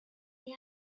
the